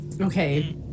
Okay